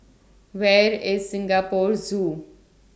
Where IS Singapore Zoo